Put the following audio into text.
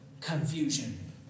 confusion